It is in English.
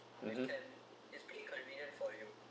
(uh huh)